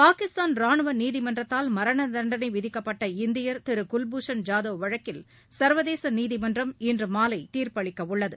பாகிஸ்தான் ராணுவநீதிமன்றத்தால் மரணதண்டனைவிதிக்கப்பட்ட இந்தியரானகுவ்பூஷன் ஜாதவ் வழக்கில் சர்வதேசநீதிமன்றம் இன்றுமாலைதீர்ப்பளிக்கஉள்ளது